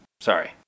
Sorry